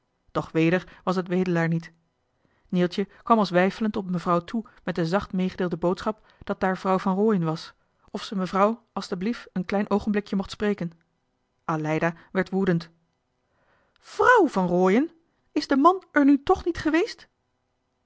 doch weder was het wedelaar niet neeltje kwam als weifelend op mevrouw toe met de zacht meegedeelde boodschap dat daar vrouw van rooien was of ze mevrouw alsteblief een klein oogenblikje mocht spreken aleida werd woedend vruw van rooien is de man er nu toch niet geweest